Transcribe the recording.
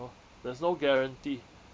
orh there's no guarantee